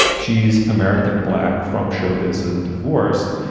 she's american, black from showbiz and divorced.